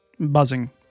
buzzing